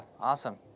awesome